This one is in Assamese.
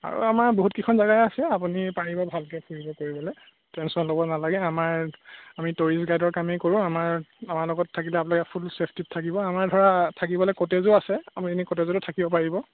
আৰু আমাৰ বহুত কেইখন জাগা আছে আপুনি পাৰিব ভালকৈ ফুৰিব কৰিবলৈ টেনশ্যন ল'ব নালাগে আমাৰ আমি টুৰিষ্ট গাইডৰ কামেই কৰোঁ আমাৰ আমাৰ লগত থাকিলে আপোনালোকে ফুল চেফটিত থাকিব আমাৰ ধৰা থাকিবলে কটেজো আছে আপুনি এনেই কটেজটো থাকিব পাৰিব